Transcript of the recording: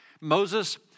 Moses